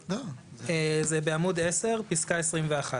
זה בעמוד 10 פסקה 21,